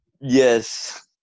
Yes